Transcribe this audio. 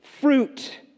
fruit